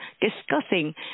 discussing